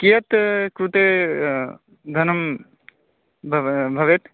कियत् कृते धनं भव् भवेत्